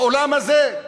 באולם הזה?